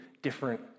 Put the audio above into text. different